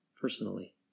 personally